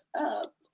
up